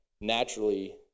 naturally